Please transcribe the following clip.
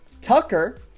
Tucker